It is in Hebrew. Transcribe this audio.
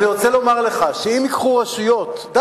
אני רוצה לומר לך שאם ייקחו רשויות קטנות,